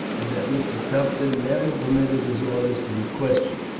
and that mr. tufton never permitted his orders to be questioned.